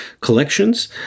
collections